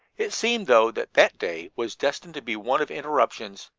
it seemed, though, that that day was destined to be one of interruptions,